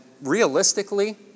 realistically